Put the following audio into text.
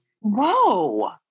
Whoa